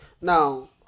now